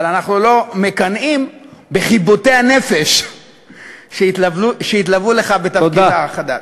אבל אנחנו לא מקנאים בחיבוטי הנפש שיתלוו לך בתפקידך החדש.